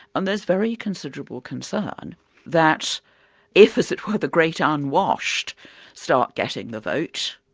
and there's very considerable concern that if, as it were, the great um unwashed start getting the vote,